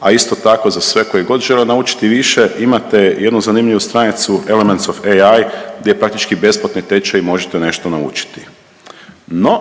a isto tako za sve koji žele naučiti više imate jednu zanimljivu stranicu Elements of AI gdje je praktični besplatni tečajevi možete nešto naučiti. No